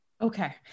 Okay